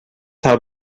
hab